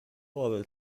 قابل